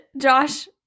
Josh